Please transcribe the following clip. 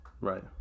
Right